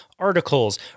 Articles